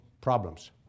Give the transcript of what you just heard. problems